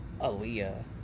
Aaliyah